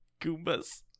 goombas